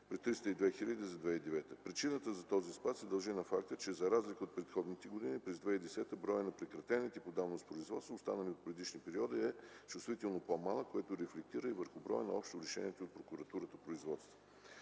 Причина за този спад се дължи на факта, че за разлика от предходните години, през 2010 г. броят на прекратените по давност производства, останали от предишни периоди, е много по-малък, което рефлектира и върху броя на общо решените от прокурора производства.